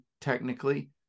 technically